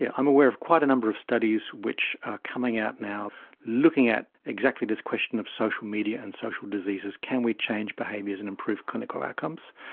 yeah i'm aware of quite a number of studies which are coming out now looking at exactly this question of social media and social diseases, can we change behaviours and improve clinical outcomes.